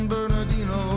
Bernardino